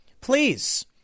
Please